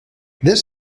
this